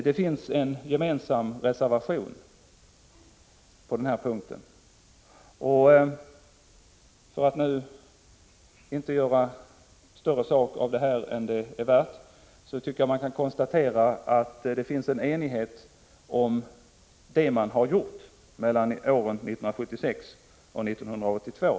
Det finns en gemensam reservation på den här punkten, och för att nu inte göra större sak av det här än det är värt tycker jag man kan konstatera att det finns en enighet om det man har gjort under åren 1976-1982.